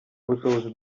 bushobozi